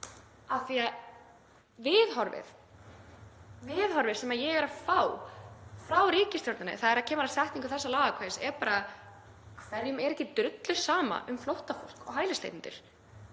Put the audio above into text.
af því að viðhorfið sem ég er að fá frá ríkisstjórninni þegar kemur að setningu þessa lagaákvæðis er bara: Hverjum er ekki drullusama um flóttafólk og hælisleitendur?